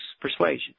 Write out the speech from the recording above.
persuasion